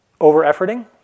over-efforting